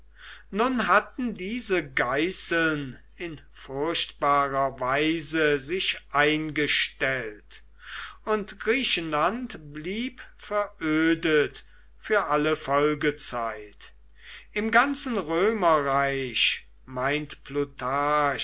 nun hatten diese geißeln in furchtbarer weise sich eingestellt und griechenland blieb verödet für alle folgezeit im ganzen römerreich meint